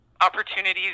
opportunities